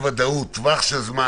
טווח של זמן